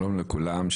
שלום לכולם,